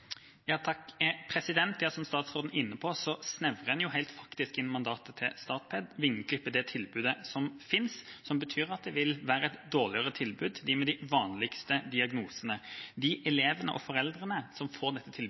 Som statsråden er inne på, snevrer en faktisk inn Statpeds mandat og vingeklipper det tilbudet som finnes. Det betyr at det vil være et dårligere tilbud til dem med de vanligste diagnosene. De elevene og foreldrene som får dette tilbudet i dag, er bekymret. Det er god grunn til